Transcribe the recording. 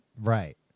Right